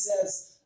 says